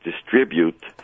distribute